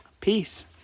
Peace